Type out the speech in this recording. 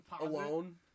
Alone